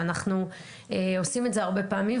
ואנחנו עושים את זה הרבה פעמים,